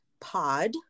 Pod